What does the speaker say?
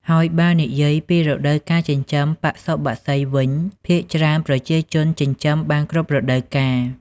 ហើយបើនិយាយពីរដូវការចិញ្ចឹមបសុបក្សីវិញ ភាគច្រើនប្រជាជនចិញ្ចឹមបានគ្រប់រដូវកាល។